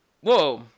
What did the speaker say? whoa